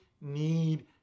need